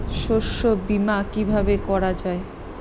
শস্য বীমা কিভাবে করা যায়?